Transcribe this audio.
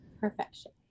perfection